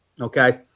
Okay